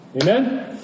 Amen